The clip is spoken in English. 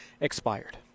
expired